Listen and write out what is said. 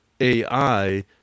AI